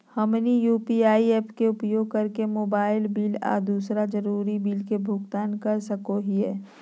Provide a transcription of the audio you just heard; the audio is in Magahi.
हमनी यू.पी.आई ऐप्स के उपयोग करके मोबाइल बिल आ दूसर जरुरी बिल के भुगतान कर सको हीयई